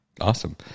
Awesome